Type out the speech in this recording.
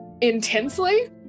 intensely